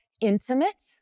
intimate